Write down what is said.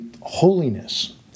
holiness